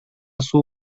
суу